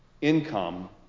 income